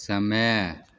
समय